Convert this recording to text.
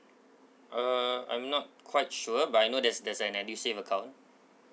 uh I'm not quite sure but I know there's there's an edusave account